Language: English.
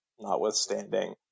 notwithstanding